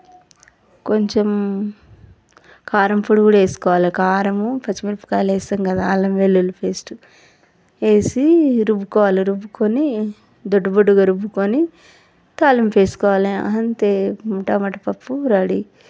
కొంచం కారం పొడి కూడా వేసుకోవాలి కారము పచ్చిమిరపకాయలు వేస్తాము కదా అల్లం వెల్లుల్లి పేస్టు వేసి రుబ్బుకోవాలి రుబ్బుకొని దొడ్డబొడ్డుగా రుబ్బుకుని తాలింపు వేసుకోవాలి అంతే టమాటా పప్పు రెడీ